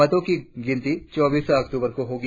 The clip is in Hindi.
मतों की गिनती चौबीस अक्टूबर को होगी